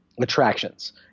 Attractions